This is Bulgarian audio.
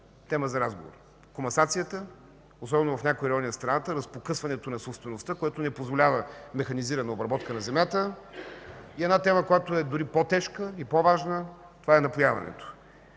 тема за разговор: комасацията, особено в някои райони на страната – разпокъсването на собствеността, което не позволява механизирана обработка на земята; и тема, която е дори по-тежка и по-важна – напояването.